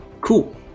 Cool